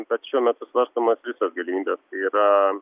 bet šiuo metu svarstoma galimybė yra